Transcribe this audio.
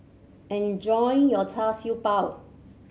enjoy your Char Siew Bao